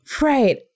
Right